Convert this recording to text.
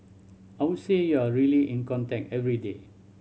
I would say you are really in contact every day